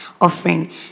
offering